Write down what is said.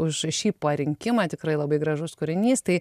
už šį parinkimą tikrai labai gražus kūrinys tai